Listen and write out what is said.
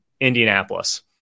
Indianapolis